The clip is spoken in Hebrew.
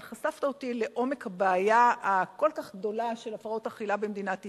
אבל חשפת אותי לעומק הבעיה הכל-כך גדולה של הפרעות אכילה במדינת ישראל.